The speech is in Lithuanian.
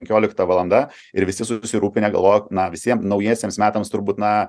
penkiolikta valanda ir visi susirūpinę galvoja na visiem naujiesiems metams turbūt na